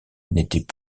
n’étaient